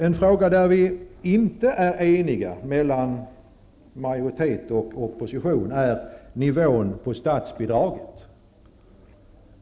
En fråga där majoritet och opposition inte är eniga gäller nivån på statsbidraget.